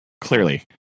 Clearly